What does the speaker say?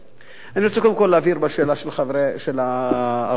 אני רוצה קודם כול להבהיר, בשאלה של ערביי ישראל,